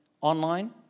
Online